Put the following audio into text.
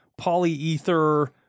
polyether